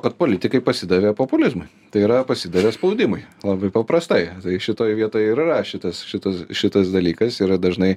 kad politikai pasidavė populizmui tai yra pasidavė spaudimui labai paprastai tai šitoj vietoj ir yra šitas šitas šitas dalykas yra dažnai